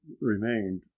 remained